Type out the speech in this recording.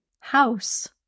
house